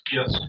Yes